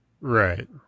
right